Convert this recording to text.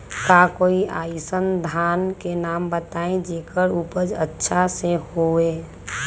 का कोई अइसन धान के नाम बताएब जेकर उपज अच्छा से होय?